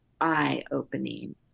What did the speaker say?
eye-opening